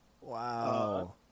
wow